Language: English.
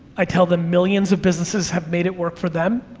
i tell them millions of businesses have made it work for them,